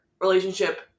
relationship